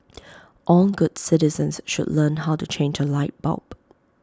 all good citizens should learn how to change A light bulb